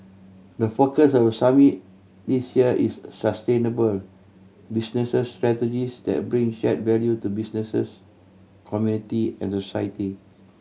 the focus of the summit this year is sustainable businesses strategies that bring share value to businesses community and society